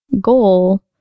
goal